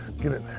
get in there.